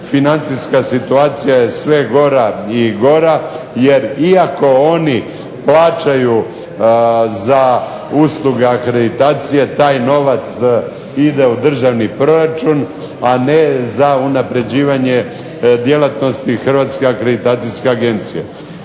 financijska situacija je sve gora i gora jer iako oni plaćaju za usluge akreditacije taj novac ide u državni proračun, a ne za unapređivanje djelatnosti Hrvatske akreditacijske agencije.